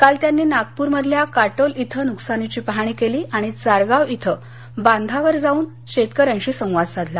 काल त्यांनी नागपूरमधल्या काटोल इथं नुकसानीची पाहणी केली आणि चारगाव इथं बांधावर जाऊन शेतकऱ्यांशी संवाद साधला